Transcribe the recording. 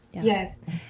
Yes